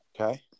Okay